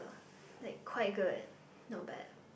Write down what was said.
like quite good not bad